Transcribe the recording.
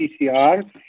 PCR